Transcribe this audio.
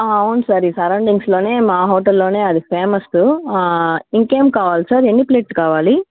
అవును సార్ ఈ సరౌండింగ్స్లోనే మా హోటల్లోనే అది ఫేమసు ఇంకా ఏం కావాలి సార్ ఎన్ని ప్లేట్లు కావాలి